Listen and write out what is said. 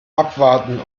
abwarten